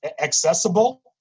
accessible